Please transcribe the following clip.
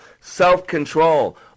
Self-control